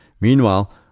Meanwhile